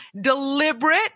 deliberate